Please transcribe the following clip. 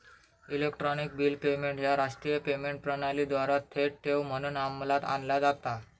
electronic bill payment ह्या राष्ट्रीय payment प्रणालीद्वारा थेट ठेव म्हणून अंमलात आणला जाता